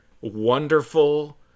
wonderful